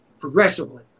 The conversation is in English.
progressively